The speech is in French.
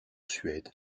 suède